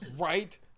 right